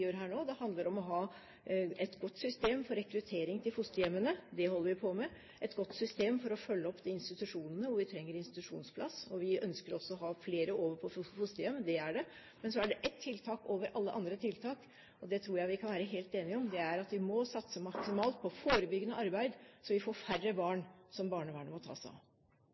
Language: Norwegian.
gjør her nå. Det handler om å ha et godt system for rekruttering til fosterhjemmene – det holder vi på med – og et godt system for å følge opp de institusjonene hvor vi trenger institusjonsplass, og vi ønsker også å ha flere over på fosterhjem. Men så er det ett tiltak over alle andre tiltak, og det tror jeg vi kan være helt enige om, det er at vi må satse maksimalt på forebyggende arbeid, så vi får færre barn som barnevernet må ta seg av.